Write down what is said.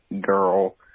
girl